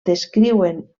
descriuen